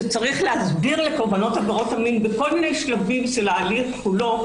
כך שצריך להסביר לקורבנות עבירות המין בכל מיני שלבים של ההליך כולו,